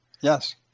yes